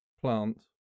plant